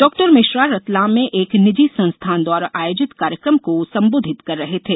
डॉ मिश्रा रतलाम में एक निजी संस्थान द्वारा आयोजित कार्यक्रम को संबोधित कर रहे थे